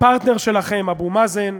הפרטנר שלכם, אבו מאזן,